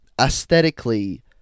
aesthetically